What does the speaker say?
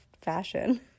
fashion